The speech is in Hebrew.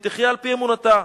שתחיה על-פי אמונתה.